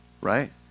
right